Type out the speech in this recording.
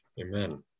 Amen